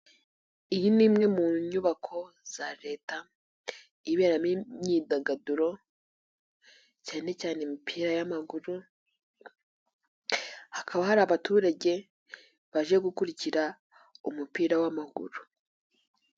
Iyi ni imwe mu nyubako za leta, iberamo imyidagaduro, cyane cyane imipira y'amaguru. Hakaba hari abaturage, baje gukurikira, umupira w'amaguru.